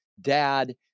dad